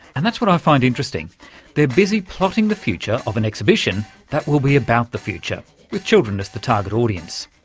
and that's what i find interesting they're busy plotting the future of an exhibition that will be about the future with children as their target audience.